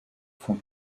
font